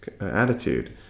attitude